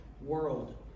world